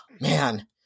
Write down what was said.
man